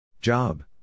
Job